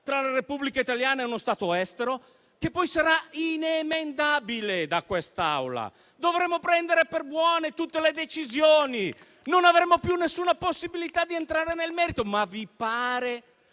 tra la Repubblica italiana e uno Stato estero, che poi sarà inemendabile da questa Assemblea. Pertanto, dovremo prendere per buone tutte le decisioni e non avremo più nessuna possibilità di entrare nel merito. Ma vi pare